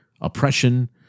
oppression